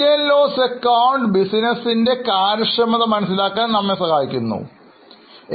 PL AC ബിസിനസിനെ ലാഭക്ഷമത മനസ്സിലാക്കാൻ നമ്മളെ പ്രേരിപ്പിക്കുന്നുണ്ട്